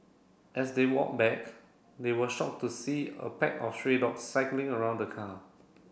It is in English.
as they walked back they were shocked to see a pack of stray dog cycling around the car